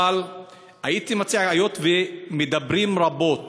אבל הייתי מציע: היות שמדברים רבות